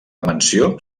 menció